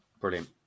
Brilliant